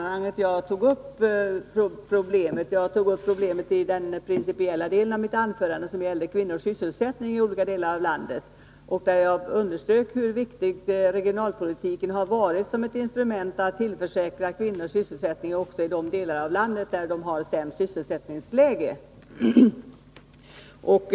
Nu tog jag inte upp problemet i det sammanhanget utan i den principiella delen av mitt anförande som gällde kvinnors sysselsättning i olika delar av landet. Jag underströk då hur viktig regionalpolitiken hade varit för att tillförsäkra kvinnor sysselsättning också i de delar av landet där sysselsättningsläget är sämst för kvinnorna.